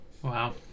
Wow